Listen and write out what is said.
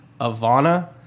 Avana